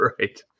Right